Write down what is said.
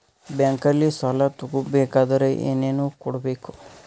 ಬ್ಯಾಂಕಲ್ಲಿ ಸಾಲ ತಗೋ ಬೇಕಾದರೆ ಏನೇನು ಕೊಡಬೇಕು?